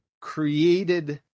created